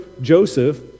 Joseph